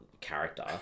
character